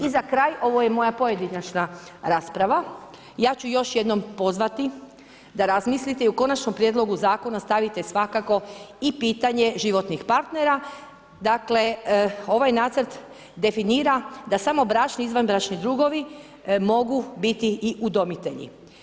I za kraj, ovo je moja pojedinačna rasprava, ja ću još jednom pozvati da razmislite i u konačnom prijedlogu zakona stavite svakako i pitanje životnih partnera, dakle ovaj nacrt definira da samo bračni i izvanbračni drugovi mogu biti i udomitelji.